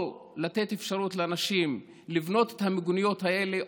או לתת אפשרות לאנשים לבנות את המיגוניות האלה,